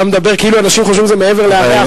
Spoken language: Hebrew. אתה מדבר כאילו אנשים חושבים שזה מעבר להרי החושך.